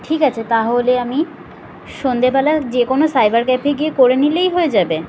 ঠিক আছে তাহলে আমি সন্ধ্যেবেলা যে কোনো সাইবার ক্যাফে গিয়ে করে নিলেই হয়ে যাবে